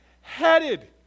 headed